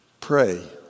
Pray